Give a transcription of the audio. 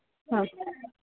ಹಾಂ